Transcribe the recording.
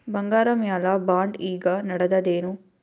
ಬಂಗಾರ ಮ್ಯಾಲ ಬಾಂಡ್ ಈಗ ನಡದದೇನು?